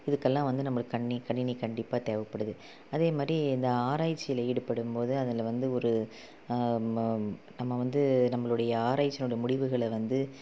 இதுக்கெல்லாம் வந்து நம்பளுக்கு கணினி கணினி கண்டிப்பாக தேவைப்படுது அதே மாதிரி இந்த ஆராய்ச்சியில் ஈடுபடும் போது அதில் வந்து ஒரு நம்ம வந்து நம்மளுடைய ஆராய்ச்சினுடைய முடிவுகளை வந்து